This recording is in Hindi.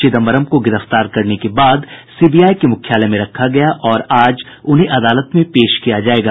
चिदंबरम को गिरफ्तार करने के बाद सीबीआई के मुख्यालय में रखा गया और आज उन्हें अदालत में पेश किया जाएगा